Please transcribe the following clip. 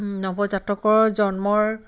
নৱজাতকৰ জন্মৰ